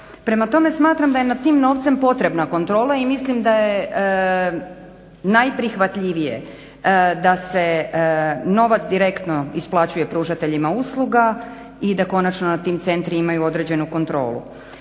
Prema tome, smatram da je nad tim novcem potrebna kontrola i mislim da je najprihvatljivije da se novac direktno isplaćuje pružateljima usluga i da konačno nad tim centri imaju određenu kontrolu.